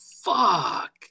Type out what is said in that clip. fuck